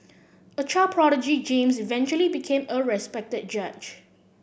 a child prodigy James eventually became a respected judge